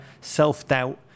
self-doubt